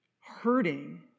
hurting